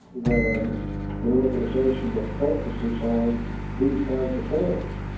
than an organization that focuses on these kinds of things,